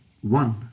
one